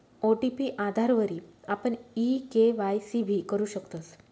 OTP आधारवरी आपण e KYC भी करु शकतस